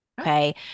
Okay